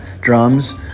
drums